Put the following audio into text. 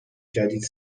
جدید